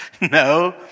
No